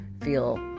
feel